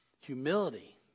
Humility